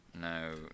No